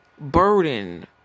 burden